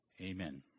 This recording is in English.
Amen